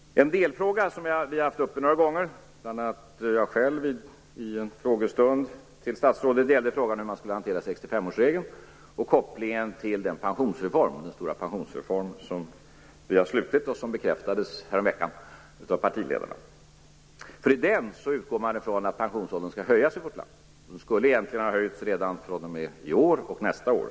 En delfråga som har tagits upp några gånger, bl.a. av mig själv under en frågestund, gäller hur man skall hantera 65-årsregeln och kopplingen till den stora pensionsreform som bekräftades häromveckan av partiledarna. I denna utgår man ifrån att pensionsåldern skall höjas. Den skulle ha höjds redan från i år och nästa år.